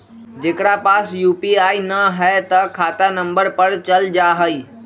जेकरा पास यू.पी.आई न है त खाता नं पर चल जाह ई?